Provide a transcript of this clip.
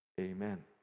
Amen